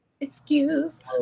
excuse